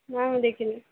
ନା ମୁଁ ଦେଖିନି